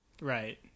right